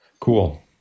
Cool